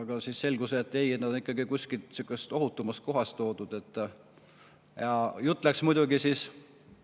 Aga siis selgus, et ei, toodi ikkagi kuskilt ohutumast kohast. Jutt läks muidugi